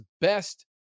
best